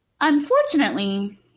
Unfortunately